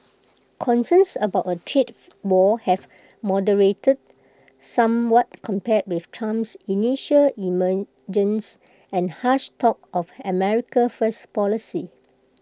concerns about A trade war have moderated somewhat compared with Trump's initial emergence and harsh talk of America First policy